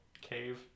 cave